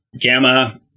Gamma